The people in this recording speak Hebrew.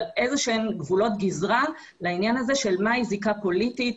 אבל איזה שהם גבולות גזרה לעניין של זיקה פוליטית,